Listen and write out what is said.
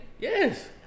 Yes